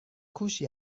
کوشی